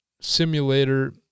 simulator